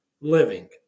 Living